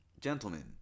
gentlemen